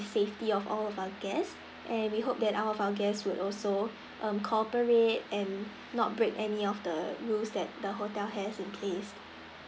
safety of all of our guest and we hope that all of our guest would also um cooperate and not break any of the rules that the hotel has in placed